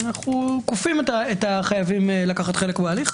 אנו כופים את החייבים לקחת חלק בהליך.